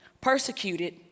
persecuted